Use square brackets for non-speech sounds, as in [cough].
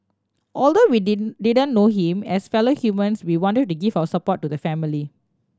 although we [unintelligible] didn't know him as fellow humans we wanted to give our support to the family